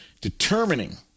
determining